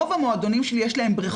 ברוב המועדונים שלי יש בריכות,